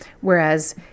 whereas